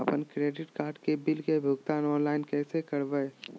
अपन credit card के bill के भुगतान ऑनलाइन कैसे करबैय?